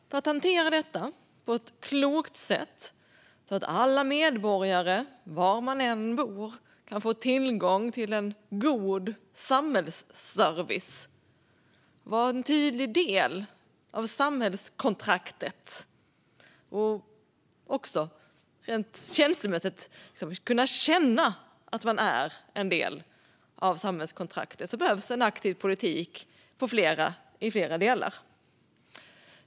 För att hantera detta på ett klokt sätt, så att alla medborgare var de än bor ska få tillgång till en god samhällsservice, vara en tydlig del av samhällskontraktet och också rent känslomässigt kunna känna att man är en del av det, behövs en aktiv politik på flera områden.